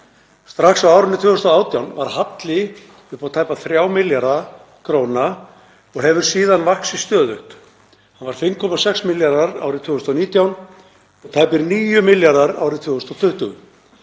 Strax á árinu 2018 var halli upp á tæpa 3 milljarða kr. og hefur síðan vaxið stöðugt. Hann var 5,6 milljarðar árið 2019 og tæpir 9 milljarðar árið 2020.